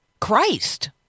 Christ